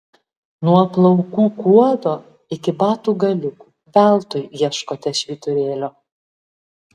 nuo plaukų kuodo iki batų galiukų veltui ieškote švyturėlio